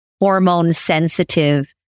hormone-sensitive